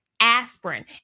Aspirin